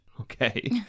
Okay